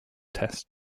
test